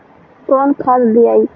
कौन खाद दियई?